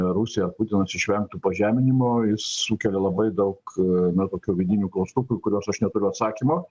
rusija ar putinas išvengtų pažeminimo jis sukelia labai daug na tokių vidinių klaustukų į kuriuos aš neturiu atsakymo